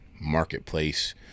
marketplace